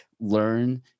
learn